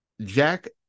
Jack